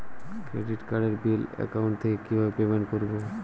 Credit কার্ডের bill account থেকে কিভাবে পেমেন্ট করবো?